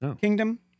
kingdom